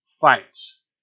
fights